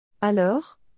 Alors